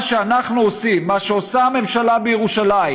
מה שאנחנו עושים, מה שעושה הממשלה בירושלים